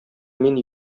мин